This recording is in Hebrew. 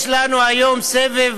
יש לנו היום סבב